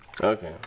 Okay